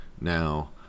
now